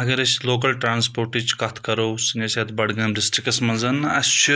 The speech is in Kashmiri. اگر أسۍ لوکَل ٹَرٛانَسپوٹٕچ کَتھ کَرو سٲنِس یَتھ بڈگام ڈِسٹِرٛکَس منٛز اَسہِ چھُ